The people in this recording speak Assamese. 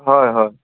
হয় হয়